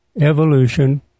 evolution